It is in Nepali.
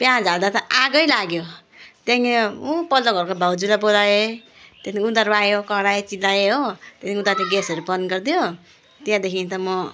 प्याज हाल्दा त आगै लाग्यो त्यहाँदेखि उ पल्लो घरको भाउजूलाई बोलाएँ त्यहाँदेखि उनीहरू आयो करायो चिल्लायो हो त्यहाँदेखि उता त ग्यासहरू बन्द गरिदियो त्यहाँदेखि त म